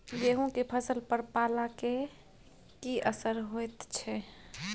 गेहूं के फसल पर पाला के की असर होयत छै?